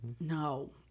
No